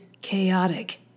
chaotic